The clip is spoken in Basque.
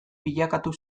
bilakatu